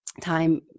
time